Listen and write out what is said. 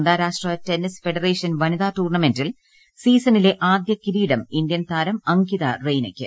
അന്താരാഷ്ട്ര tennis federation വനിതാ ടൂർണമെന്റിൽ സീസണിലെ ആദ്യ കിരീടം ഇന്ത്യൻ താരം അംഗിത റെയ്നയ്ക്ക്